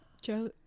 Joe